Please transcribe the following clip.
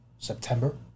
September